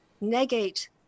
negate